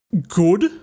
good